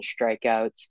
strikeouts